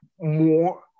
more